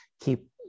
keep